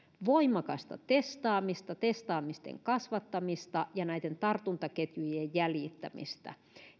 voimakasta testaamista testaamisten kasvattamista ja näiden tartuntaketjujen jäljittämistä